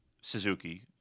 Suzuki